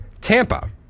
Tampa